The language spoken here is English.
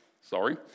Sorry